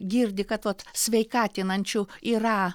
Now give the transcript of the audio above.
girdi kad vat sveikatinančių yra